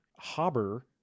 Haber